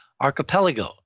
archipelago